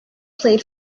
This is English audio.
played